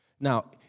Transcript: Now